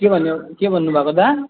के भन्नु के भन्नुभएको दा